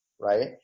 right